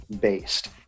based